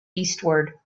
eastward